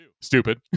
stupid